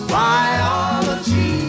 biology